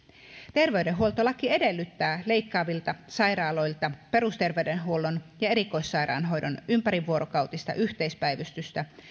terveydenhuoltolaki edellyttää leikkaavilta sairaaloilta perusterveydenhuollon ja erikoissairaanhoidon ympärivuorokautista yhteispäivystystä